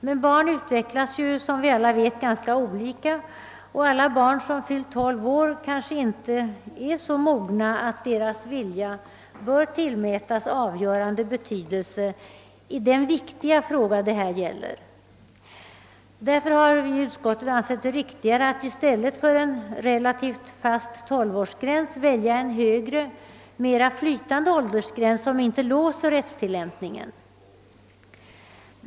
Men barn utvecklas ju, som vi alla vet, ganska olika, och alla barn som fyllt 12 år är kanske inte så mogna att deras vilja bör tillmätas avgörande betydelse i den viktiga fråga som vi nu behandlar. Därför har utskottet ansett det rik tigare att i stället för en relativt fast tolvårsgräns välja en högre, mera flytande åldersgräns, som inte låser rättstillämpningen.